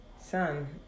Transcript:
Son